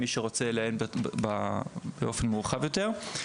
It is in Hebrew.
מי שרוצה לעיין באופן מורחב יותר.